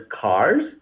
cars